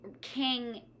King